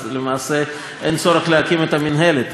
אבל למעשה אין צורך להקים את המינהלת,